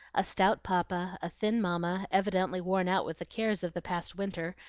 a stout papa, a thin mamma, evidently worn out with the cares of the past winter,